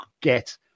get